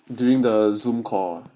during the Zoom call ah